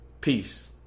peace